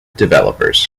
developers